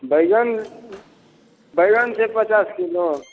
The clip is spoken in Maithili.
बैंगन बैंगन छै पचास किलो